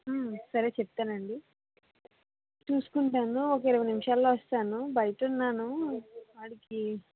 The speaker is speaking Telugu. సరే చెప్తానండి చూసుకుంటాను ఒక ఇరవై నిమిషాల్లో వస్తాను బయట ఉన్నాను వాడికి